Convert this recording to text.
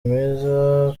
meza